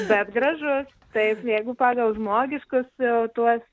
bet gražus taip jeigu pagal žmogiškus jau tuos